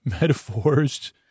metaphors